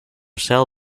sell